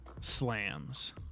slams